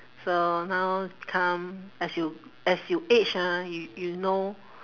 so now become as you as you age ah you you know